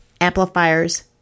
amplifiers